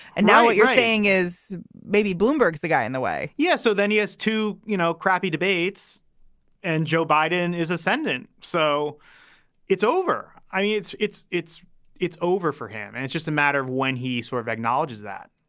and now what you're saying is maybe bloomberg's the guy in the way yeah. so then he has to, you know, crappy debates and joe biden is ascendant. so it's over. i mean, it's it's it's it's over for him. and it's just a matter of when he sort of acknowledges that,